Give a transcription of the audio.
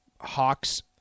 Hawks